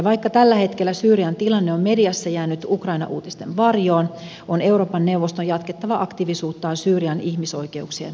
vaikka tällä hetkellä syyrian tilanne on mediassa jäänyt ukraina uutisten varjoon on euroopan neuvoston jatkettava aktiivisuuttaan syyrian ihmisoikeuksien toteutumisen puolesta